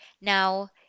Now